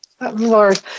lord